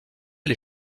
les